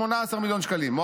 18 מיליון שקלים,